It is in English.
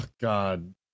God